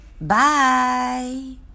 bye